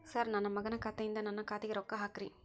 sir ನನ್ನ ಮಗನ ಖಾತೆ ಯಿಂದ ನನ್ನ ಖಾತೆಗ ರೊಕ್ಕಾ ಹಾಕ್ರಿ